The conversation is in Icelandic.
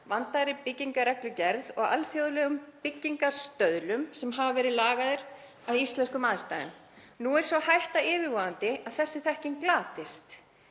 vandaðri byggingarreglugerð og alþjóðlegum byggingastöðlum sem hafa verið lagaðir að íslenskum aðstæðum. Nú er sú hætta yfirvofandi að þessi þekking glatist.